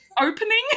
opening